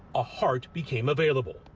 a heart became available.